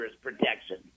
protection